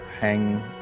hang